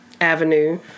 avenue